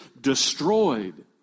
destroyed